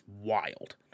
wild